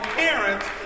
parents